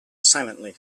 silently